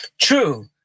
True